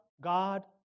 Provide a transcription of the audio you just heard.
God